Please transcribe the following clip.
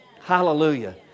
Hallelujah